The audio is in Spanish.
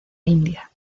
india